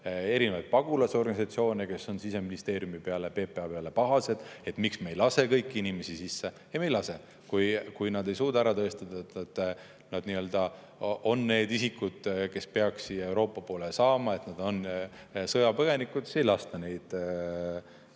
On pagulasorganisatsioone, kes on Siseministeeriumi ja PPA peale pahased, et miks me ei lase kõiki inimesi sisse. Aga me ei lase. Kui nad ei suuda ära tõestada, et nad on need isikud, kes peaks siia Euroopa poolele saama, et nad on sõjapõgenikud, siis ei lasta neid